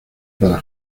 para